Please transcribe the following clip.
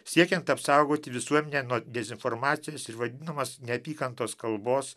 siekiant apsaugoti visuomenę nuo dezinformacijos ir vadinamos neapykantos kalbos